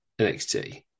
NXT